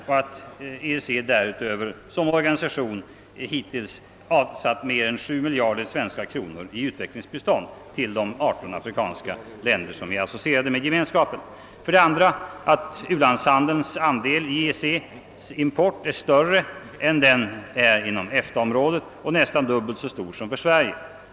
Därutöver har EEC hittills som organisation avsatt mer än sju miljarder svens ka kronor i utvecklingsbistånd till de 18 afrikanska länder som är associerade med Gemenskapen. 2. U-landshandelns andel i EEC:s import är större än den är inom EFTA området och nästan dubbelt så stor som för Sverige.